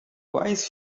quais